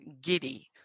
giddy